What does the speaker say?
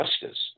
justice